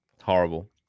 Horrible